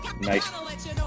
Nice